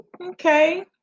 okay